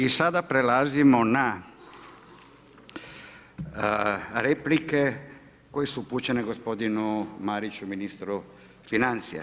I sada prelazimo na replike koje su upućene gospodinu Mariću, ministru financija.